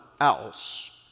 else